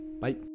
Bye